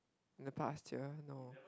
the pasture no